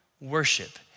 worship